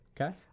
Okay